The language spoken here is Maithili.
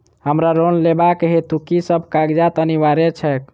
हमरा लोन लेबाक हेतु की सब कागजात अनिवार्य छैक?